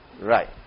Right